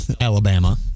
Alabama